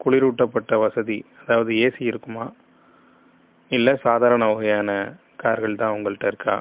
குளிரூட்டப்பட்ட வசதி அதாவது ஏசி இருக்குமா இல்லை சாதாரண வகையான கார்கள் தான் உங்கள்கிட்ட இருக்கா